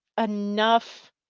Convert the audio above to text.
enough